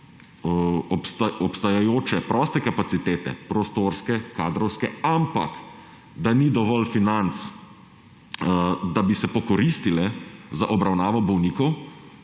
obstoječe proste kapacitete, prostorske, kadrovske, ampak da ni dovolj financ, da bi se pokoristile za obravnavo bolnikov,